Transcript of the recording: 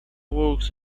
works